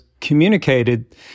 communicated